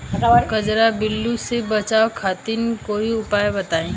कजरा पिल्लू से बचाव खातिर कोई उपचार बताई?